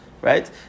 Right